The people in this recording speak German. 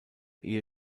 ehe